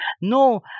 No